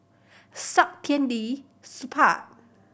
Saktiandi Supaat